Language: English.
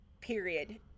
period